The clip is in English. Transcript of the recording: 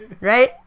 Right